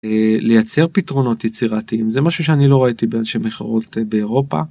לייצר פתרונות יצירתיים זה משהו שאני לא ראיתי באנשים אחרות באירופה.